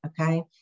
Okay